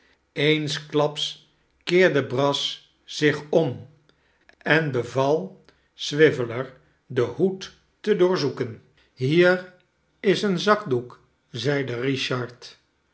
eensklaps keerde brass zich om en beval swiveller den hoed te doorzoeken hier is een zakdoek zeide richard